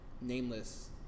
nameless